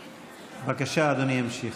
בבקשה, אדוני ימשיך.